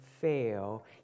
fail